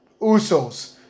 Usos